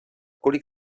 kolik